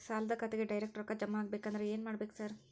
ಸಾಲದ ಖಾತೆಗೆ ಡೈರೆಕ್ಟ್ ರೊಕ್ಕಾ ಜಮಾ ಆಗ್ಬೇಕಂದ್ರ ಏನ್ ಮಾಡ್ಬೇಕ್ ಸಾರ್?